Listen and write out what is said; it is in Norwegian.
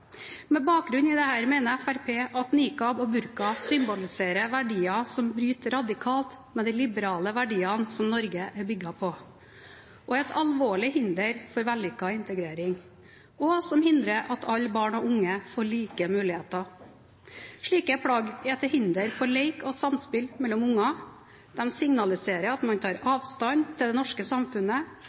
Med bakgrunn i dette mener Fremskrittspartiet at nikab og burka symboliserer verdier som bryter radikalt med de liberale verdiene som Norge er bygget på, er et alvorlig hinder for vellykket integrering og hindrer at alle barn og unge får like muligheter. Slike plagg er til hinder for lek og samspill mellom unger, de signaliserer at man tar avstand fra det norske samfunnet,